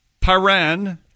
paren